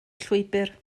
llwybr